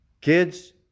Kids